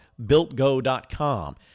BuiltGo.com